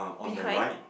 behind